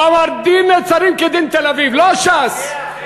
הוא אמר "דין נצרים כדין תל-אביב", לא ש"ס.